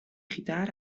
gitaar